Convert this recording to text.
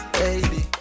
baby